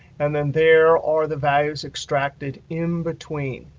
and then there are the values extracted in between.